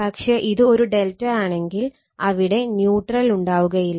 പക്ഷെ ഇത് ഒരു ∆ ആണെങ്കിൽ അവിടെ ന്യൂട്രൽ ഉണ്ടാവുകയില്ല